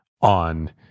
on